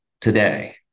today